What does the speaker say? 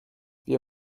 wir